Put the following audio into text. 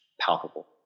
palpable